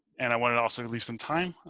and i want to also leave some time.